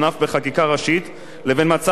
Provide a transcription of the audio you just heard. לבין מצב של הסדרה מלאה בעתיד,